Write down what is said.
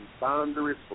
boundaries